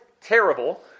terrible